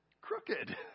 crooked